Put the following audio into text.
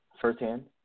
firsthand